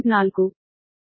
4